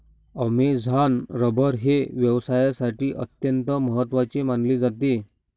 Amazon rubber हे व्यवसायासाठी अत्यंत महत्त्वाचे मानले जाते